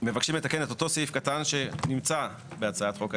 מבקשים לתקן את אותו סעיף קטן שנמצא בהצעת חוק ההסדרים,